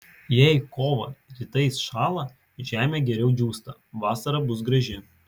jei kovą rytais šąla žemė geriau džiūsta vasara bus graži